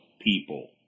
people